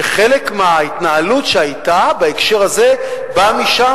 שחלק מההתנהלות שהיתה בהקשר הזה באה משם,